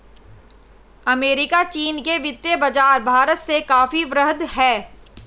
America चीन के वित्तीय बाज़ार भारत से काफी वृहद हैं